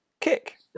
kick